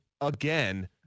again